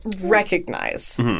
recognize